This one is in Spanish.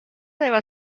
deba